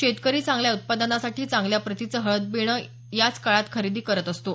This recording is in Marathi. शेतकरी चांगल्या उत्पादनासाठी चांगल्या प्रतिचं हळद बेणं यांच काळात खरेदी करत असतो